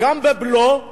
גם בבלו,